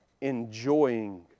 enjoying